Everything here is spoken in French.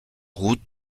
route